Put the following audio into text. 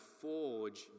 forge